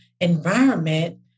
environment